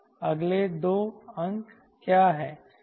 अगले 2 अंक क्या है